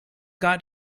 got